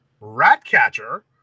Ratcatcher